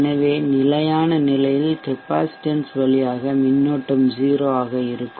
எனவே நிலையான நிலையில் கெப்பாசிட்டன்ஸ் வழியாக மின்னோட்டம் 0 ஆக இருக்கும்